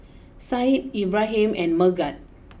Said Ibrahim and Megat